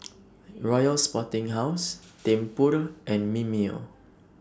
Royal Sporting House Tempur and Mimeo